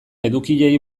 edukiei